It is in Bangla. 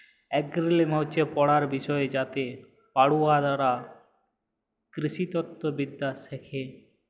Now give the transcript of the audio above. এগ্রলমি হচ্যে পড়ার বিষয় যাইতে পড়ুয়ারা কৃষিতত্ত্ব বিদ্যা শ্যাখে